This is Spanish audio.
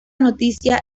noticia